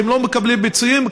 והם לא מקבלים פיצויים,